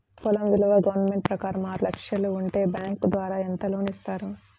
పొలం విలువ గవర్నమెంట్ ప్రకారం ఆరు లక్షలు ఉంటే బ్యాంకు ద్వారా ఎంత లోన్ ఇస్తారు?